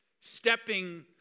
stepping